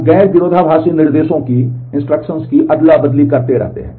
हम गैर विरोधाभासी निर्देशों की अदला बदली करते रहते हैं